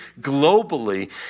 globally